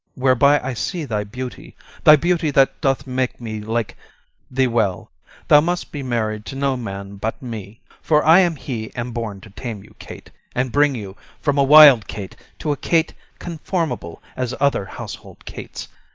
whereby i see thy beauty thy beauty that doth make me like thee well thou must be married to no man but me for i am he am born to tame you, kate, and bring you from a wild kate to a kate conformable as other household kates.